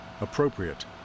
appropriate